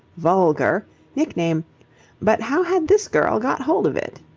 vulgar nickname but how had this girl got hold of it?